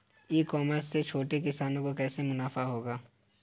E commerce से छोटे किसानों को कैसे मुनाफा होगा?